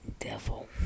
devil